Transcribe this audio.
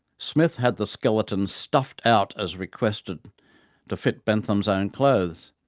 smith had the skeleton stuffed out as requested to fit bentham's own clothes.